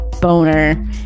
boner